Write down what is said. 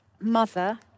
mother